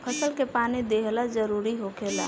फसल के पानी दिहल जरुरी होखेला